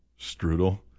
strudel